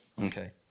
okay